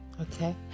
Okay